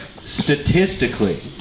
statistically